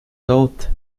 taught